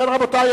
רבותי,